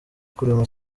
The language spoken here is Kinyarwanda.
kurema